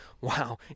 wow